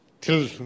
till